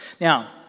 Now